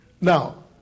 Now